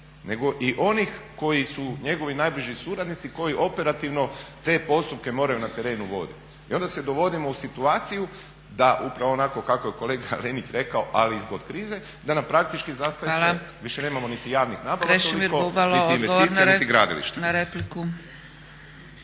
nego i onih koji su njegovi najbliži suradnici, koji operativno te postupke moraju na terenu voditi. I onda se dovodimo u situaciju da, upravo onako kako je kolega Linić rekao ali i zbog krize da nam praktički zastaje sve. Više nemamo niti javnih nabava toliko, niti investicija, niti gradilišta.